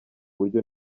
buryo